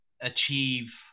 achieve